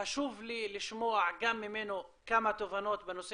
חשוב לי לשמוע גם ממנו כמה תובנות בנושא